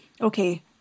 okay